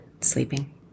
sleeping